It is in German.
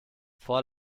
vor